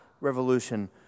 revolution